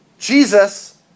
Jesus